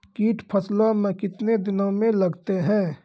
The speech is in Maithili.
कीट फसलों मे कितने दिनों मे लगते हैं?